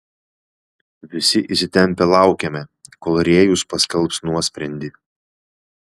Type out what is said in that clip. visi įsitempę laukėme kol rėjus paskelbs nuosprendį